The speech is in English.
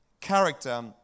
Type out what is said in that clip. character